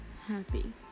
happy